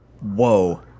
Whoa